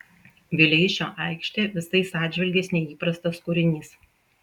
vileišio aikštė visais atžvilgiais neįprastas kūrinys